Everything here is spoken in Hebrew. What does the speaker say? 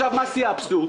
ולסיום, מה שיא האבסורד?